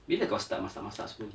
bila kau start masak masak sebelum ni